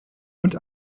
und